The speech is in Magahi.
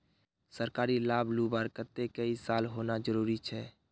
सरकारी लाभ लुबार केते कई साल होना जरूरी छे?